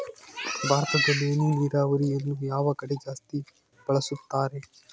ಭಾರತದಲ್ಲಿ ಹನಿ ನೇರಾವರಿಯನ್ನು ಯಾವ ಕಡೆ ಜಾಸ್ತಿ ಬಳಸುತ್ತಾರೆ?